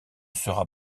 sera